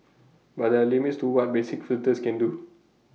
but there are limits to what basic filters can do